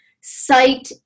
site